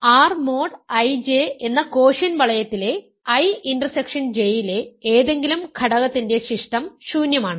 R mod IJ എന്ന quotient വളയത്തിലെ I intersection J യിലെ ഏതെങ്കിലും ഘടകത്തിന്റെ ശിഷ്ടം ശൂന്യമാണ്